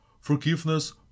forgiveness